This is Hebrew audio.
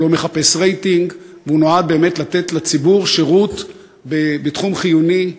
הוא לא מחפש רייטינג והוא נועד באמת לתת לציבור שירות בתחום חיוני,